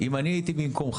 אם אני הייתי במקומכם,